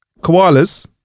koalas